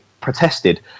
protested